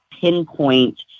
pinpoint